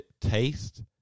taste